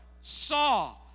saw